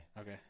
Okay